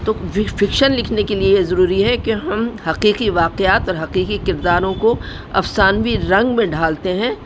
تو فکشن لکھنے کے لیے یہ ضروری ہے کہ ہم حقیقی واقعات اور حقیقی کرداروں کو افسانوی رنگ میں ڈھالتے ہیں